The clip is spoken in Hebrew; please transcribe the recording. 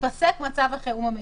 ייפסק מצב החירום המיוחד.